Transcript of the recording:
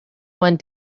one